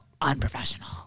unprofessional